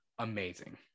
amazing